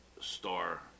star